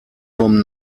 kommen